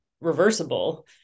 reversible